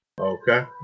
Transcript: Okay